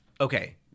okay